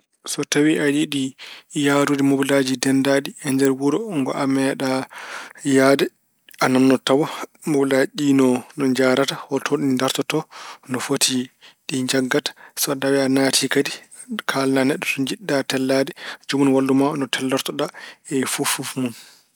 So tawi aɗa yiɗi yahrude mobelaaji ndenndaaɗi e nder wuro ngo a meeɗaa yahde, a naamnoto tawa mobelaaji ɗi no yahrata, holton ɗi ndartato, no foti ɗi njaggata. So tawi aɗa naati kadi kaalna neɗɗo to njiɗɗa tellaade, joomun wallu no tellortoɗa e fof fof mun.